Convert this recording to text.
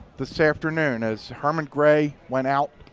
this afternoon. as herman gray went out